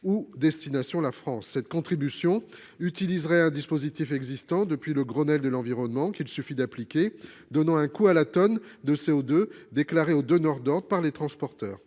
ou destination la France. Sa mise en place utiliserait un dispositif existant depuis le Grenelle de l'environnement, qu'il suffit d'appliquer, donnant un coût à la tonne de CO2 déclarée aux donneurs d'ordres par les transporteurs.